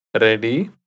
ready